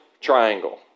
triangle